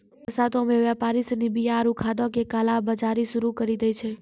बरसातो मे व्यापारि सिनी बीया आरु खादो के काला बजारी शुरू करि दै छै